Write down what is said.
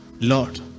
lord